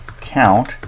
count